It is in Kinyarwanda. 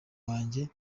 wanjye